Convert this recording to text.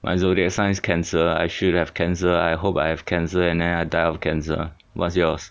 my zodiac sign is cancer I should have cancer I hope I have cancer and then I die of cancer what's yours